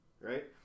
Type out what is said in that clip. right